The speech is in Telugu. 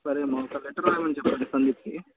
సరే అమ్మ ఒక లెటర్ రాయమని చెప్పండి సందీప్కి